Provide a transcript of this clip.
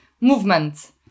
movement